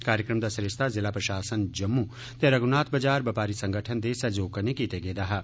कार्यक्रम दा सरिस्ता ज़िला प्रशासन जम्मू ते रघुनाथ बाजार बपारी संगठन दे सहयोग कन्नै कीते गेदा हा